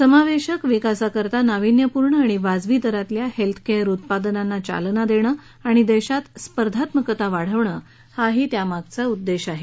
समावेशक विकासाकरता नाविन्यपूर्ण आणि वाजवी दरातल्या हेलथकेअर उत्पादनांना चालना देणं आणि देशात स्पर्धात्मकता वाढवणं हाही त्यामागचा उद्देश आहे